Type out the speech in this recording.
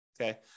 Okay